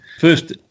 First